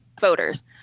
voters